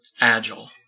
agile